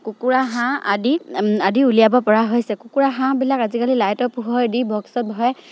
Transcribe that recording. কুকুৰা হাঁহ আদি আদি উলিয়াব পৰা হৈছে কুকুৰা হাঁহবিলাক আজিকালি লাইটৰ পোহৰ দি বক্সত ভৰায়